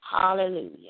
Hallelujah